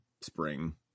spring